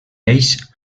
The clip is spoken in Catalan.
ells